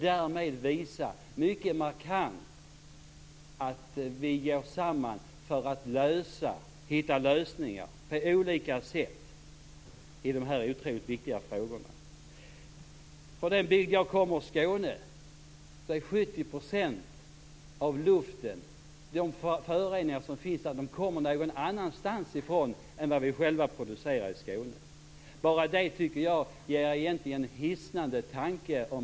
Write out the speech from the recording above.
Därmed visar vi mycket markant att vi går samman för att hitta lösningar på olika sätt i dessa otroligt viktiga frågor. I den bygd jag kommer från i Skåne kommer 70 % av de föroreningar som finns någon annanstans ifrån. Vi producerar dem inte själva i Skåne. Bara det tycker jag är en hisnande tanke.